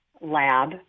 lab